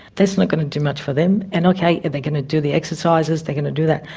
that's not going to do much for them. and okay, they're going to do the exercises they're going to do that,